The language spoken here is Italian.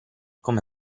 come